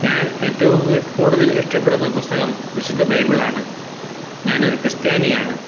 ഞാൻ ഏറ്റവും കൂടുതൽ ഇഷ്ടപ്പെടുന്ന പുസ്തകം വിശുദ്ധ ബൈബിളാണ് ഞാൻ ഒരു ക്രിസ്ത്യാനിയാണ്